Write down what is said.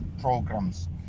programs